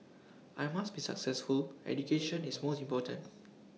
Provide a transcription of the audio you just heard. I must be successful education is most important